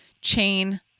chain